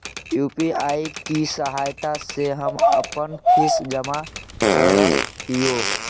UPI की सहायता से ही हम अपन फीस जमा करअ हियो